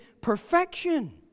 perfection